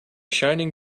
shining